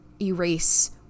erase